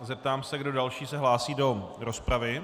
Zeptám se, kdo další se hlásí do rozpravy.